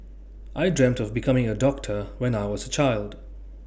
I dreamt of becoming A doctor when I was child